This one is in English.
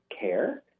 care